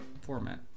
format